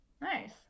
Nice